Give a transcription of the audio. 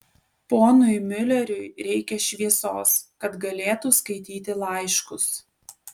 ponui miuleriui reikia šviesos kad galėtų skaityti laiškus